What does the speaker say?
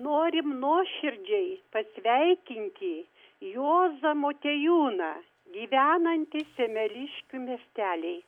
norim nuoširdžiai pasveikinti juozą motiejūną gyvenantį semeliškių miestely